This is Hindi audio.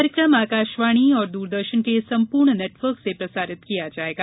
यह कार्यक्रम आकाशवाणी और दूरदर्शन के सम्पूर्ण नेटवर्क से प्रसारित किया जायेगा